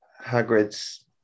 Hagrid's